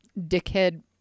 dickhead